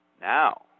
Now